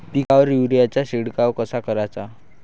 पिकावर युरीया चा शिडकाव कसा कराचा?